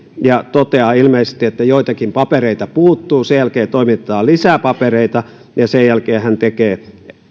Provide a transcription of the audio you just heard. ja toteaa ilmeisesti että joitakin papereita puuttuu sen jälkeen toimitetaan lisää papereita ja sen jälkeen hän tekee